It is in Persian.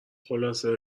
خلاصه